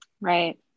Right